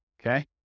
okay